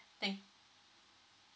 thank